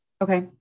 okay